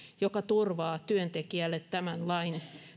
joka turvaa työntekijälle tämän lain